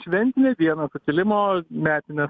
šventinę dieną sukilimo metinės